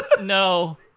No